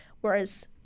Whereas